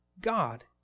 God